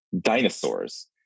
dinosaurs